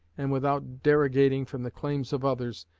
and without derogating from the claims of others,